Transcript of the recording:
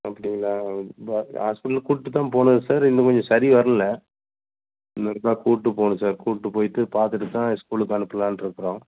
அப்படிங்களா ஹாஸ்பிடலுக்கு கூட்டுதான் போனேங்க சார் இன்னும் கொஞ்சம் சரி வரல இனிமேட்டுதான் கூட்டு போணும் சார் கூட்டு போய்ட்டு பார்த்துட்டுதான் ஸ்கூலுக்கு அனுப்புலான்ருக்கிறோம்